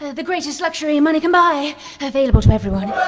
the greatest luxury money can buy available to everyone!